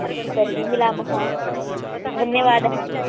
अस्तु तर्हि मिलामः धन्यवादः